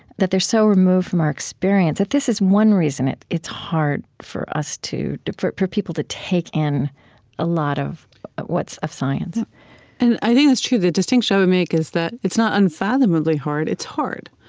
that they're so removed from our experience that this is one reason it's hard for us to to for for people to take in a lot of what's of science and i think that's true. the distinction i would make is that it's not unfathomably hard. it's hard.